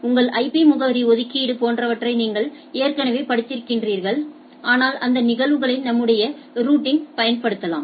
உங்கள் ஐபி முகவரி ஒதுக்கீடு போன்றவற்றை நீங்கள் ஏற்கனவே படித்திருக்கிறீர்கள் ஆனால் இந்த நிகழ்வுகளை நம்முடைய ரூட்டிங்ற்கு பயன்படுத்தலாம்